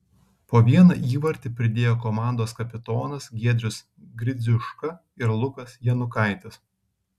po vieną įvartį pridėjo komandos kapitonas giedrius gridziuška ir lukas janukaitis